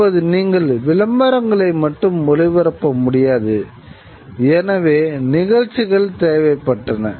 இப்போது நீங்கள் விளம்பரங்களை மட்டும் ஒளிப்பரப்ப முடியாது எனவே நிகழ்ச்சிகள் தேவைப்பட்டன